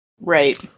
Right